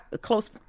close